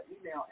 email